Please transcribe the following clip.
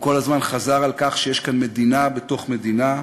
הוא כל הזמן חזר על כך שיש כאן מדינה בתוך מדינה,